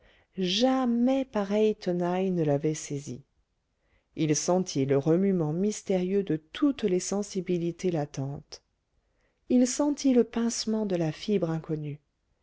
jamais pareille tenaille ne l'avait saisi il sentit le remuement mystérieux de toutes les sensibilités latentes il sentit le pincement de la fibre inconnue